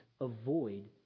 avoid